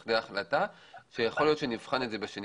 לידי החלטה שיכול להיות שנבחן את זה שנית.